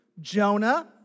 Jonah